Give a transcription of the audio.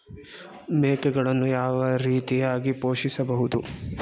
ಮೇಕೆಗಳನ್ನು ಯಾವ ರೀತಿಯಾಗಿ ಪೋಷಿಸಬಹುದು?